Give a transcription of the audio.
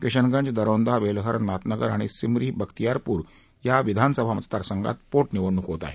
किशनगंज दरौंदा बेलहर नाथनगर आणि सिमरी बखितयारपुर या विधानसभा मतदारसंघात पोटनिवडणूक होत आहे